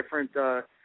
different